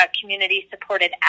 community-supported